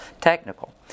technical